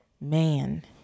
man